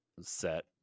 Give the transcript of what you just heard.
set